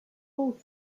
also